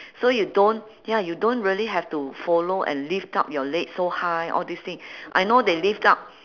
so you don't ya you don't really have to follow and lift up your leg so high all this thing I know they lift up